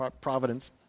providence